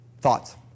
Thoughts